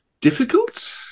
difficult